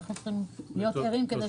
אנחנו צריכים להיות ערים.